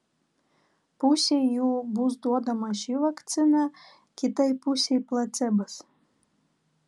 pusei jų bus duodama ši vakcina kitai pusei placebas